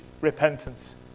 repentance